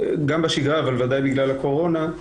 גם בשגרה אבל ודאי בגלל הקורונה,